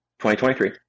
2023